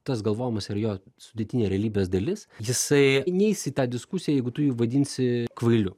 tas galvojimas yra jo sudėtinė realybės dalis jisai neis į tą diskusiją jeigu tu jį vadinsi kvailiu